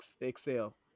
excel